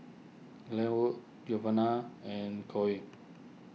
Glenwood Giovana and Coen